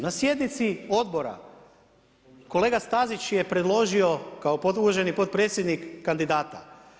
Na sjednici odbora, kolega Stazić je preložio, kao uvaženi potpredsjednik kandidata.